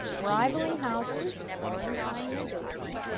rivaling houses of florentine nobility,